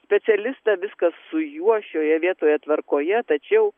specialistą viskas su juo šioje vietoje tvarkoje tačiau